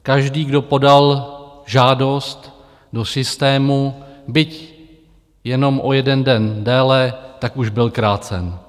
Každý, kdo podal žádost do systému, byť jenom o jeden den déle, už byl krácen.